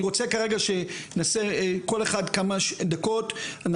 אני רוצה לתת את רשות הדיבור שלום, אני